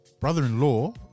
brother-in-law